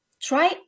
Try